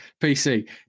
PC